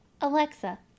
Alexa